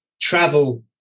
travel